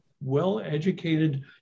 well-educated